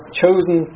chosen